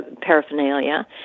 paraphernalia